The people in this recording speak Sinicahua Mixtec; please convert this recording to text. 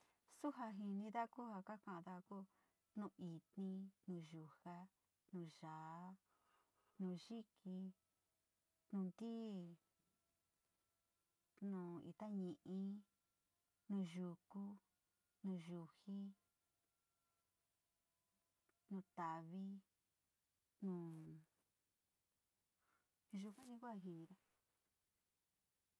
Su ja jinida ku ja kakada ku nu itni, nu yujaa, nu yaa, nu yiki, nu ntii, nu ita ñi´ii, nu yuku, nu yujii, nu tavii, nu yuka ni ku jo jinida.